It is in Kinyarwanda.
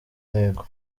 ntego